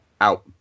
out